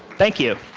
thank you.